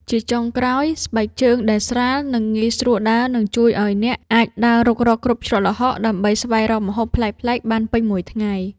ជាចុងក្រោយ ស្បែកជើងដែលស្រាល និងងាយស្រួលដើរ នឹងជួយឱ្យអ្នកអាចដើររុករកគ្រប់ច្រកល្ហកដើម្បីស្វែងរកម្ហូបប្លែកៗបានពេញមួយថ្ងៃ។